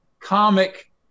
Comic